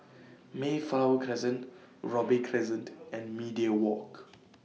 Mayflower Crescent Robey Crescent and Media Walk